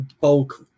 Bulk